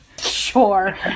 Sure